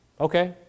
Okay